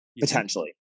potentially